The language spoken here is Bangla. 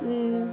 হম